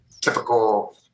typical